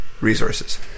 resources